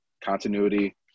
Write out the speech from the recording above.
continuity